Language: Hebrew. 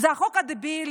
זה חוק דבילי.